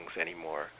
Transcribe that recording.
anymore